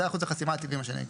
זה אחוז החסימה הטבעי.